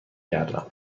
گردم